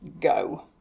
go